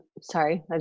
sorry